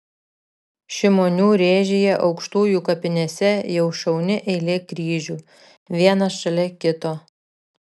šimonių rėžyje aukštujų kapinėse jau šauni eilė kryžių vienas šalia kito